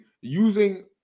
using –